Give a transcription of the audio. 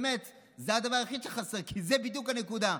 באמת, זה הדבר היחיד שחסר, כי זו בדיוק הנקודה.